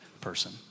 person